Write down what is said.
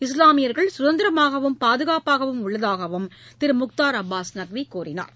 இஸ்லாமியர்கள் சுதந்திரமாகவும் பாதுகாப்பாகவும் உள்ளதாகவும் திரு முக்தார் அப்பாஸ் நக்வி கூறினார்